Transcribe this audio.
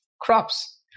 crops